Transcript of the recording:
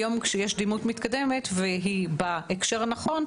היום כשיש דימות מתקדמת והיא בהקשר הנכון,